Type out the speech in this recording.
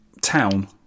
town